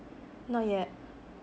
not yet